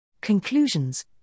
Conclusions